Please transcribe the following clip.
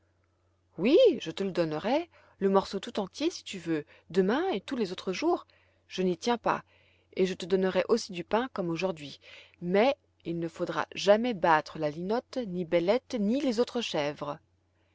oui je te le donnerai le morceau tout entier si tu veux demain et tous les autres jours je n'y tiens pas et je te donnerai aussi du pain comme aujourd'hui mais il ne faudra jamais battre la linotte ni bellette ni les autres chèvres